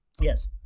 Yes